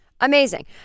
Amazing